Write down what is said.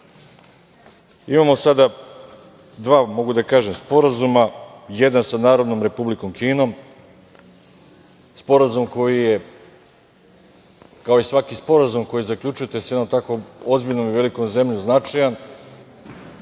sada, mogu da kažem, sporazuma – jedan sa Narodnom Republikom Kinom, sporazum koji je, kao i svaki sporazum koji zaključujete sa jednom takvom ozbiljnom i velikom zemljom, značajan